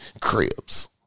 cribs